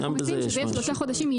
גם בזה יש משהו.